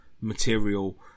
material